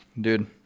dude